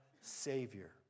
Savior